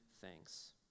thanks